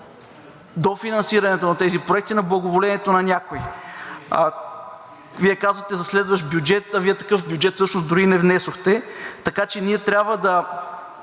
дофинансирането на тези проекти на благоволението на някого. Вие казвате за следващ бюджет, а Вие такъв бюджет всъщност дори и не внесохте. Така че ние трябва в